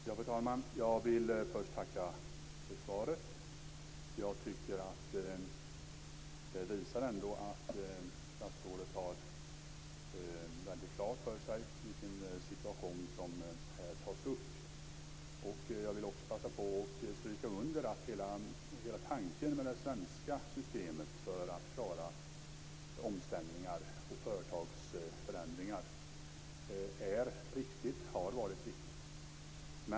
Fru talman! Jag vill först tacka för svaret. Jag tycker att det ändå visar att statsrådet har väldigt klart för sig vilken situation som här tas upp. Jag vill också passa på att stryka under att hela tanken med det svenska systemet för att klara omställningar och företagsförändringar är riktig och har varit riktig.